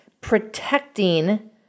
protecting